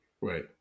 Right